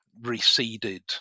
receded